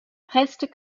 reste